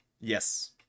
yes